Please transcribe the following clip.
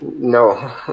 No